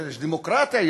דמוקרטיה,